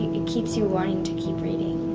it keeps you wanting to keep reading.